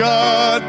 God